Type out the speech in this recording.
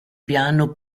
piano